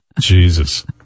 Jesus